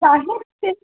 साहित्य